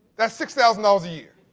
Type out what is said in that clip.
that's six thousand dollars a year.